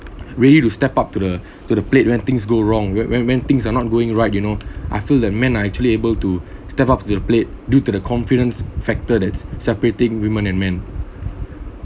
ready to step up to the to the plate when things go wrong when when when things are not going right you know I feel that men are actually able to step up to the plate due to the confidence factor that's separating women and men